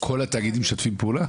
כל התאגידים משתפים פעולה?